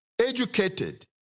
educated